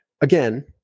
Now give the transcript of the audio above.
Again